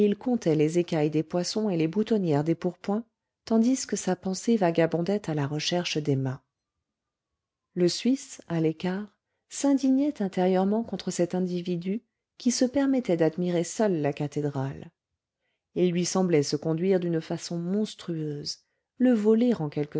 comptait les écailles des poissons et les boutonnières des pourpoints tandis que sa pensée vagabondait à la recherche d'emma le suisse à l'écart s'indignait intérieurement contre cet individu qui se permettait d'admirer seul la cathédrale il lui semblait se conduire d'une façon monstrueuse le voler